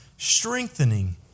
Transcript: Strengthening